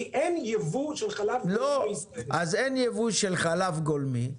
כי אין ייבוא של חלב גולמי לישראל.